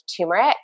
turmeric